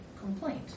complaint